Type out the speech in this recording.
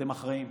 אתם אחראים,